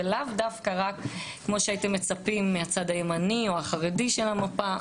ולאו דווקא כמו שהייתם מצפים מהצד הימני או החרדי של המפה,